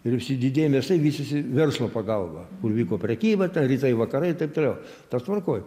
ir visi didieji miestai vystėsi verslo pagalba kur vyko prekyba ten rytai vakarai taip toliau tas tvarkoj